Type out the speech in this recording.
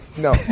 No